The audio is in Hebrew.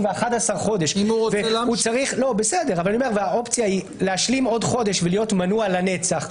ו-11 חודש והאופציה היא להשלים עוד חודש ולהיות מנוע לנצח,